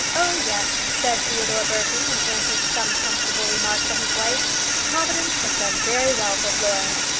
oh, yes, said theodore burton, in answer to some comfortable remark from his wife providence has done very well for florence.